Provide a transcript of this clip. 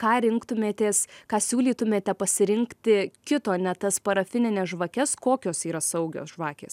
ką rinktumėtės ką siūlytumėte pasirinkti kito ne tas parafinines žvakes kokios yra saugios žvakės